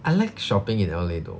I like shopping in L_A though